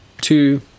two